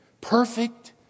Perfect